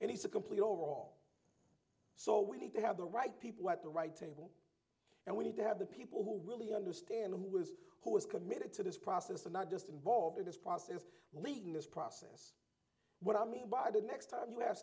and it's a complete overhaul so we need to have the right people at the right table and we need to have the people who really understand who is who is committed to this process and not just involved in this process leading this process what i mean by the next time you